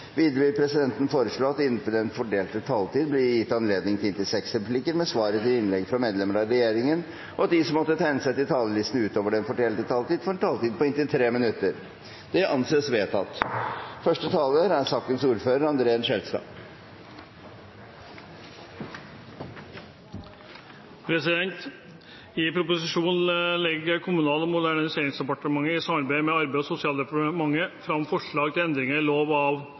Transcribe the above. Videre vil presidenten foreslå at det blir gitt anledning til inntil seks replikker med svar etter innlegg fra medlemmer av regjeringen innenfor den fordelte taletid, og at de som måtte tegne seg på talerlisten utover den fordelte taletid, får en taletid på inntil 3 minutter. – Dette anses vedtatt. I proposisjonen legger Kommunal- og moderniseringsdepartementet, i samarbeid med Arbeids- og sosialdepartementet, fram forslag til endringer i lov av